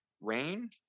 Rain